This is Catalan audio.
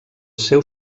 seu